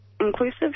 Inclusive